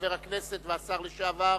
חבר הכנסת והשר לשעבר